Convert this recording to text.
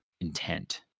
intent